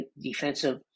defensive